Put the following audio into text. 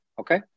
Okay